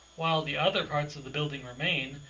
while the other parts of the building remain,